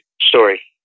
story